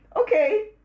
okay